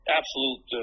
absolute